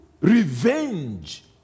revenge